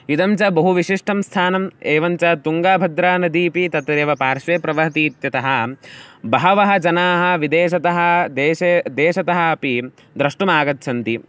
इदं च बहुविशिष्टं स्थानम् एवञ्च तुङ्गाभद्रा नदी अपि तत्रैव पार्श्वे प्रवहति इत्यतः बहवः जनाः विदेशतः देशे विदेशतः अपि द्रष्टुम् आगच्छन्ति